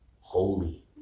holy